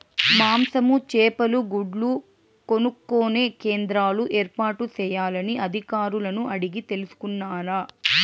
మాంసము, చేపలు, గుడ్లు కొనుక్కొనే కేంద్రాలు ఏర్పాటు చేయాలని అధికారులను అడిగి తెలుసుకున్నారా?